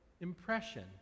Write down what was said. impression